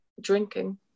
drinking